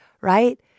right